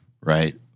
right